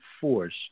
force